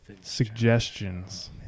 Suggestions